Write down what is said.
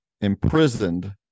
imprisoned